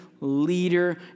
leader